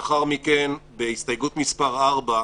לאחר מכן בהסתייגות מספר 4,